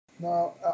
Now